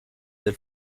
del